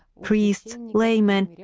priests, laymen, yeah